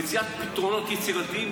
מציאת פתרונות יצירתיים,